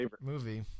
movie